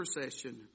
procession